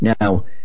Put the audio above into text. Now